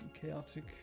chaotic